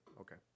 okay